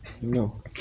No